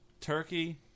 turkey